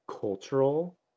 cultural